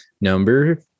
Number